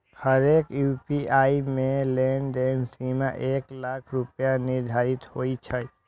हरेक यू.पी.आई मे लेनदेन के सीमा एक लाख रुपैया निर्धारित होइ छै